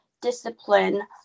discipline